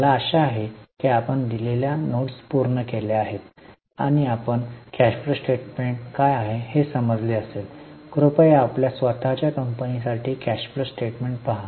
मला आशा आहे की आपण दिलेल्या नोट्स पूर्ण केल्या आणि आपण कॅश फ्लो स्टेटमेंट काय आहे हे समजले असेल कृपया आपल्या स्वत च्या कंपनी साठी कॅश फ्लो स्टेटमेंट पहा